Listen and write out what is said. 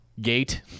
gate